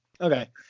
Okay